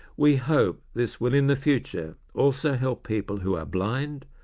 we hope this will in the future also help people who are blind,